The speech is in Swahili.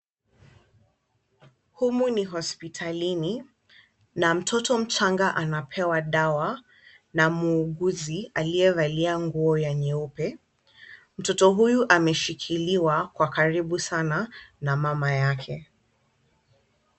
Humu ni hospitalini na mtoto mchanga anapewa dawa na muuguzi aliyevalia nguo ya nyeupe, mtoto huyu ameshikiliwa kwa karibu sana na mama yake.